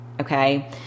Okay